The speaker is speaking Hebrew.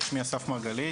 שמי אסף מרגלית,